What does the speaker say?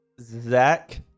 zach